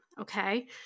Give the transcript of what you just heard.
Okay